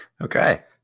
Okay